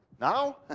now